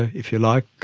if you like,